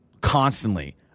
Constantly